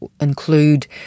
include